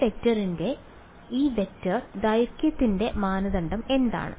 ഈ വെക്റ്ററിന്റെ ഈ വെക്റ്റർ ദൈർഘ്യത്തിന്റെ മാനദണ്ഡം എന്താണ്